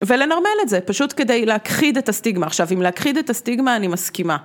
ולנרמל את זה, פשוט כדי להכחיד את הסטיגמה, עכשיו עם להכחיד את הסטיגמה, אני מסכימה.